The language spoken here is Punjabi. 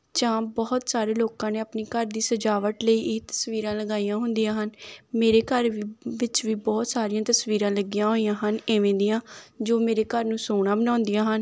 ਜਾਂ ਬਹੁਤ ਸਾਰੇ ਲੋਕਾਂ ਨੇ ਆਪਣੇ ਘਰ ਦੀ ਸਜਾਵਟ ਲਈ ਇਹ ਤਸਵੀਰਾਂ ਲਗਾਈਆਂ ਹੁੰਦੀਆਂ ਹਨ ਮੇਰੇ ਘਰ ਵੀ ਵਿੱਚ ਵੀ ਬਹੁਤ ਸਾਰੀਆਂ ਤਸਵੀਰਾਂ ਲੱਗੀਆਂ ਹੋਈਆਂ ਹਨ ਇਵੇਂ ਦੀਆਂ ਜੋ ਮੇਰੇ ਘਰ ਨੂੰ ਸੋਹਣਾ ਬਣਾਉਂਦੀਆਂ ਹਨ